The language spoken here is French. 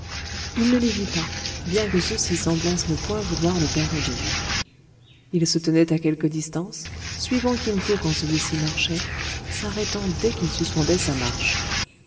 il ne les vit pas bien que ceux-ci semblassent ne point vouloir le perdre de vue ils se tenaient à quelque distance suivant kin fo quand celui-ci marchait s'arrêtant dès qu'il suspendait sa marche